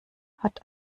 hat